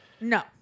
No